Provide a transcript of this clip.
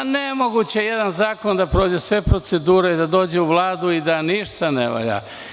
Nemoguće je da jedan zakon prođe sve procedure, da dođe u Vladu i da ništa ne valja.